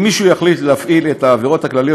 אם מישהו יחליט להפעיל את העבירות הכלליות